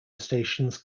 stations